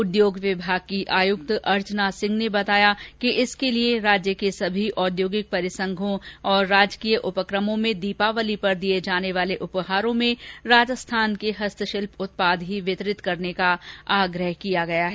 उद्योग विभाग की आयुक्त अर्चना सिंह ने बताया कि इसके लिए राज्य के सभी औद्योगिक परिसंघों व राजकीय उपक्रमों में दीपावली पर दिए जाने वाले उपहारों में राजस्थान के हस्तशिल्प उत्पाद ही वितरित करने का आग्रह किया है